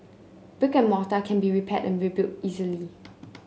brick and mortar can be repaired and rebuilt easily